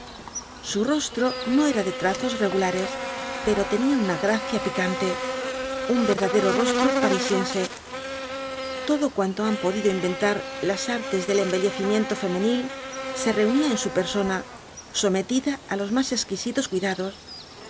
su rostro no era de trazos regulares pero tenía una gracia picante un verdadero rostro de parisiense todo cuanto han podido inrentar las artes del embellecimiento femenil se reunía en su persona sometida á los más exquisitos cuidados